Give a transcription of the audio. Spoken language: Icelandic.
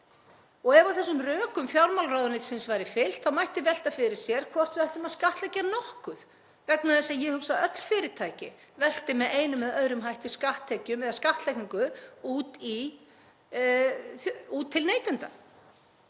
og ef þessum rökum fjármálaráðuneytisins væri fylgt þá mætti velta fyrir sér hvort við ættum að skattleggja nokkuð vegna þess að ég hugsa að öll fyrirtæki velti með einum eða öðrum hætti skatttekjum eða skattlagningu út til neytenda.